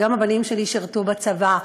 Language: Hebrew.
וגם הבנים שלי שירתו בצבא,